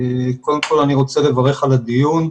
קודם כל אני רוצה לברך על הדיון,